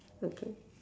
okay